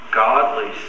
godly